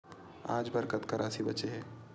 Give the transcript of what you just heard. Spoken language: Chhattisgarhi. आज बर कतका राशि बचे हे?